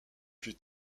plus